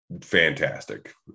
fantastic